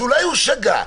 שאולי הוא שגה,